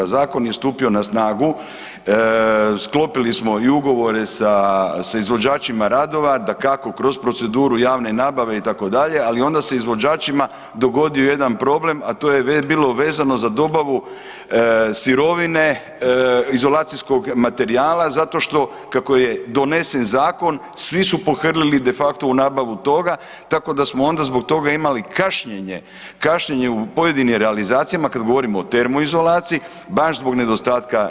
Zakon je stupio na snagu, sklopili smo ugovore sa izvođačima radova, dakako kroz proceduru javne nabave itd., ali onda se izvođačima dogodio jedan problem, a to je bilo vezano za dobavu sirovine izolacijskog materijala zato što kako je donesen zakon svi su pohrlili de facto u nabavu toga, tako da smo onda zbog toga imali kašnjenje, kašnjenje u pojedinim realizacijama kada govorimo o termoizolaciji baš zbog nedostatka